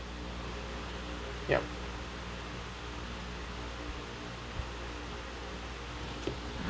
yup